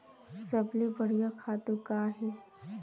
सबले बढ़िया खातु का हे?